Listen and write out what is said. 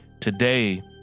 Today